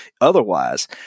otherwise